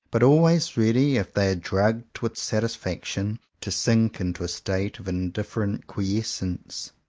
but always ready, if they are drugged with satisfaction, to sink into a state of indiff erent quiescence.